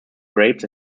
grapes